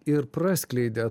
ir praskleidė